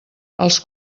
els